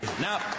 Now